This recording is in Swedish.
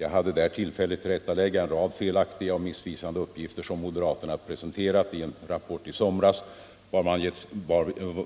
Jag hade där tillfälle att tillrättalägga en rad felaktiga och missvisande uppgifter, som moderaterna presenterat i en rapport i somras